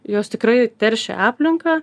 jos tikrai teršia aplinką